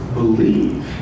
believe